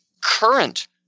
current